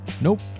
Nope